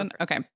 Okay